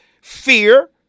fear